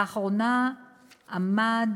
לאחרונה עמד